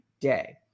day